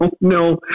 no